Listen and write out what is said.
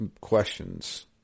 Questions